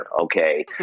okay